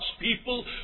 people